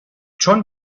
چون